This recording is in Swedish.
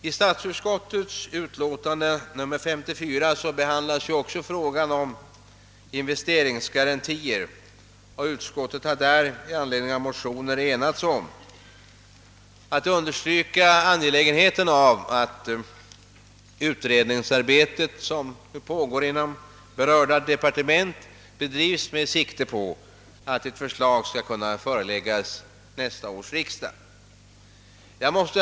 I statsutskottets utlåtande nr 54 behandlas också frågan om investeringsgarantier. Utskottet har i anledning av motioner enats om att understryka angelägenheten av att det pågående utredningsarbetet inom berörda departement bedrivs med sikte på att ett förslag skall kunna föreläggas nästa års riksdag. Herr talman!